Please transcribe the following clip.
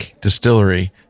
Distillery